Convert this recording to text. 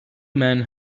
men